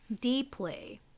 deeply